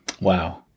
Wow